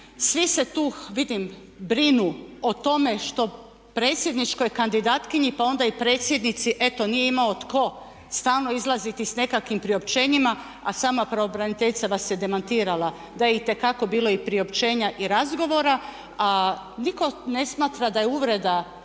svi se tu, vidim brinu o tome što predsjedničkoj kandidatkinji, pa onda i predsjednici eto nije imao tko, stalno izlaziti sa nekakvim priopćenjima a sama pravobraniteljica vas je demantirala da je itekako bilo i priopćenja i razgovora a nitko ne smatra da je uvreda